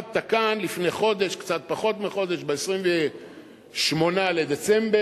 עמדת כאן לפני חודש, קצת פחות מחודש, ב-28 בדצמבר,